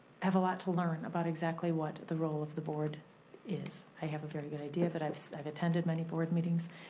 have a lot to learn about exactly what the role of the board is. i have a very good idea. but i've i've attended many board meetings,